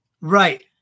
Right